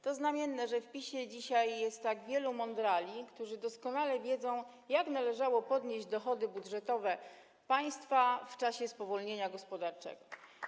To znamienne, że w PiS-ie jest dzisiaj tak wielu mądrali, którzy doskonale wiedzą, jak należało podnieść dochody budżetowe państwa w czasie spowolnienia gospodarczego.